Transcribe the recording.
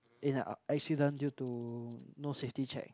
in a accident due to no safety check